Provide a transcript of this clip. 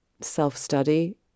self-study